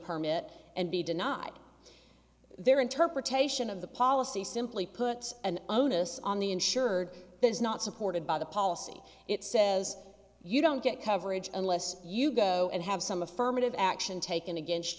permit and be denied their interpretation of the policy simply puts an onus on the insured is not supported by the policy it says you don't get coverage unless you go and have some affirmative action taken against